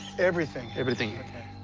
everything? everything. okay.